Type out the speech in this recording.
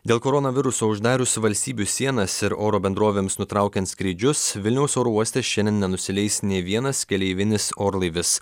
dėl koronaviruso uždarius valstybių sienas ir oro bendrovėms nutraukiant skrydžius vilniaus oro uoste šiandien nenusileis nei vienas keleivinis orlaivis